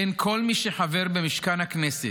כן, כל מי שחבר במשכן הכנסת,